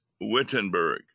Wittenberg